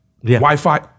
Wi-Fi